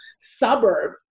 suburb